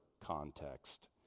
context